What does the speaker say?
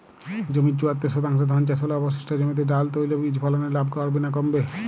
জমির চুয়াত্তর শতাংশে ধান চাষ হলে অবশিষ্ট জমিতে ডাল তৈল বীজ ফলনে লাভ বাড়বে না কমবে?